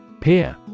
Peer